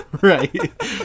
Right